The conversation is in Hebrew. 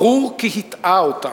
ברור כי הוא הטעה אותם.